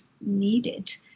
needed